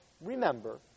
remember